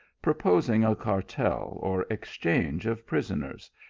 proposing a cartel or exchange of prisoners,